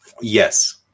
Yes